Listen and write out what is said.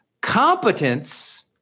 competence